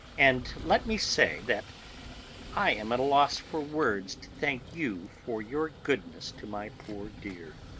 and let me say that i am at a loss for words to thank you for your goodness to my poor dear.